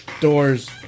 doors